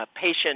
patient